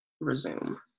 resume